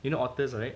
you know otters right